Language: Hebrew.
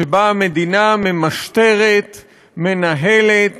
שבה המדינה ממשטרת, מנהלת